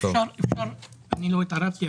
אני לא התערבתי,